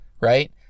Right